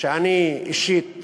שאני אישית